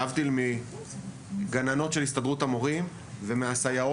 להבדיל מגננות של הסתדרות המורים ומהסייעות